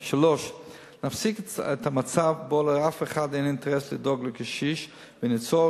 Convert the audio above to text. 3. נפסיק את המצב שבו לאף אחד אין אינטרס לדאוג לקשיש וניצור